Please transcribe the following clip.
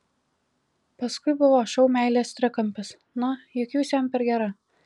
paskui buvo šou meilės trikampis na juk jūs jam per gera